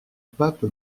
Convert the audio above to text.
pape